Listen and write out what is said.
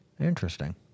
Interesting